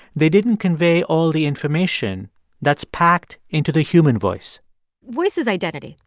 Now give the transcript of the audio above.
they didn't convey all the information that's packed into the human voice voice is identity,